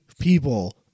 people